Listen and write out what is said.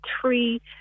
three